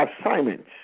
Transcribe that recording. assignment